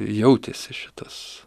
jautėsi šitas